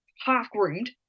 half-groomed